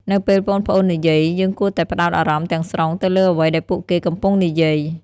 នៅពេលប្អូនៗនិយាយ យើងគួរតែផ្ដោតអារម្មណ៍ទាំងស្រុងទៅលើអ្វីដែលពួកគេកំពុងនិយាយ។